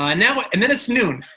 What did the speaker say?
i mean but and then it's noon.